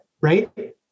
right